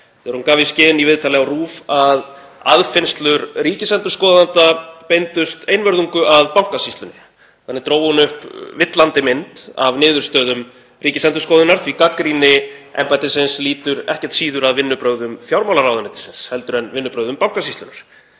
þegar hún gaf í skyn í viðtali á RÚV að aðfinnslur ríkisendurskoðanda beindust einvörðungu að Bankasýslunni. Þannig dró hún upp villandi mynd af niðurstöðum Ríkisendurskoðunar því að gagnrýni embættisins lýtur ekkert síður að vinnubrögðum fjármálaráðuneytisins heldur en vinnubrögðum Bankasýslunnar.